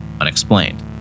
unexplained